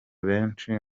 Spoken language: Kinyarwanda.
benshi